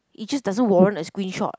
it just don't warrant a screenshot